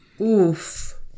Oof